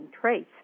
traits